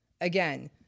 Again